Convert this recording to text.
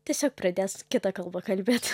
tiesiog pradės kita kalba kalbėt